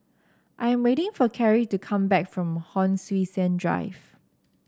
I am waiting for Kerry to come back from Hon Sui Sen Drive